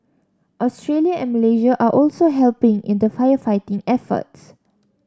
Australia and Malaysia are also helping in the firefighting efforts